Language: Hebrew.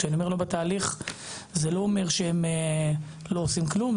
כשאני אומר לא בתהליך זה לא אומר שהם לא עושים כלום,